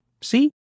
See